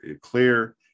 clear